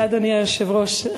אדוני היושב-ראש,